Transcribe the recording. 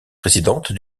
présidente